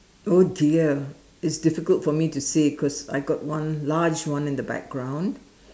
oh dear it's difficult for me to say because I got one large one in the background